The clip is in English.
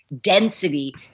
density